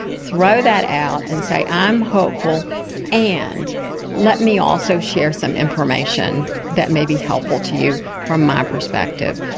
throw that out and say, i'm hopeful and let me also share some information that may be helpful to you from my perspective.